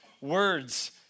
words